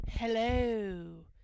Hello